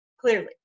clearly